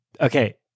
okay